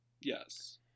Yes